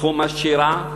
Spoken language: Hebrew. תחום השירה,